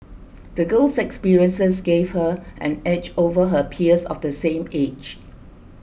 the girl's experiences gave her an edge over her peers of the same age